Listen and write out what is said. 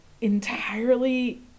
entirely